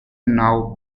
now